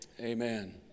Amen